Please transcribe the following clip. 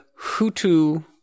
Hutu